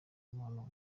umuntu